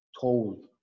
told